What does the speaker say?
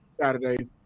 Saturday